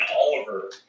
Oliver